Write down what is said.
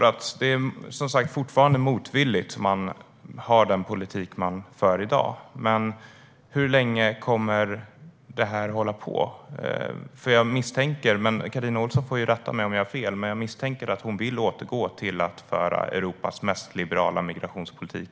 Det är fortfarande motvilligt man för den politik man för i dag, men hur länge kommer det här att hålla på? Carina Ohlsson får rätta mig om jag har fel, men jag misstänker att hon vill återgå till att föra Europas mest liberala migrationspolitik.